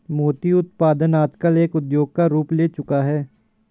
मोती उत्पादन आजकल एक उद्योग का रूप ले चूका है